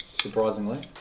surprisingly